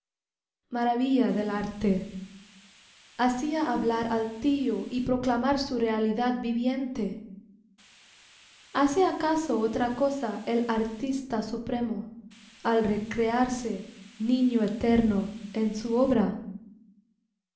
del arte hacía hablar al tío y proclamar su realidad viviente hace acaso otra cosa el artista supremo al recrearse niño eterno en su obra